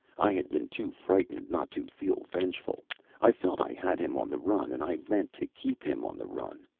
i had been too frightened not to feel vengeful i felt i had him on the run, and i meant to keep him on the run.